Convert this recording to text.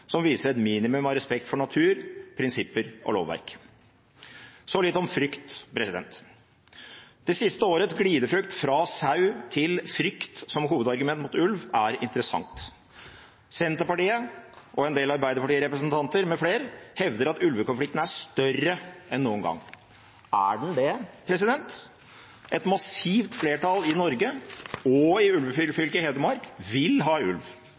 som viser et minimum av respekt for natur, prinsipper og lovverk. Så litt om frykt: Det siste årets glideflukt fra sau til frykt som hovedargument mot ulv er interessant. Senterpartiet og en del Arbeiderparti-representanter med flere hevder at ulvekonflikten er større enn noen gang. Er den det? Et massivt flertall i Norge og i ulvefylket Hedmark vil ha ulv.